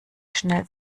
schnell